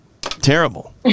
terrible